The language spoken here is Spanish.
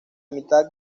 mitad